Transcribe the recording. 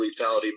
lethality